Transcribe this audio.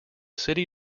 city